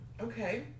okay